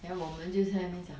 then 我们就在那边讲